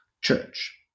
Church